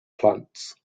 plants